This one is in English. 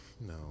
No